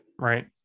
Right